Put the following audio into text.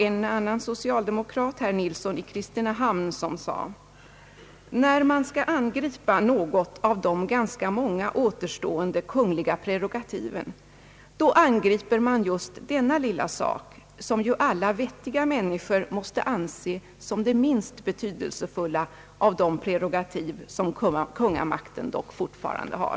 En annan socialdemokrat, herr Nilsson i Kristinehamn, anförde: »När man skall angripa något av de ganska många återstående kungliga prerogativen då angriper man just denna lilla sak, som ju alla vettiga människor måste anse som det minst betydelsefulla av de prerogativ som kungamakten dock fortfarande har.»